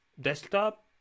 desktop